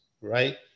right